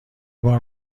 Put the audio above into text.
بار